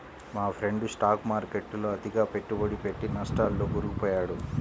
మా friend stock మార్కెట్టులో అతిగా పెట్టుబడి పెట్టి నట్టాల్లో కూరుకుపొయ్యాడు